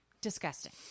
Disgusting